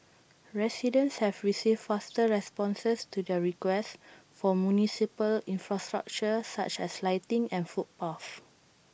residents have received faster responses to their requests for municipal infrastructure such as lighting and footpaths